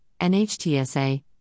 NHTSA